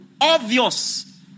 Obvious